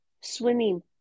swimming